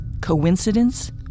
Coincidence